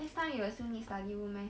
next time you will still need study room meh